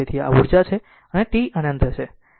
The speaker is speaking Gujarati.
તેથી આ ઉર્જા છે અને t અનંત છે